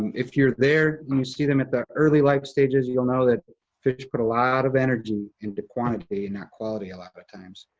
if you're there and you see them at the early life stages, you'll know that fish put a lot of energy into quantity and not quality, a lot of times.